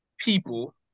people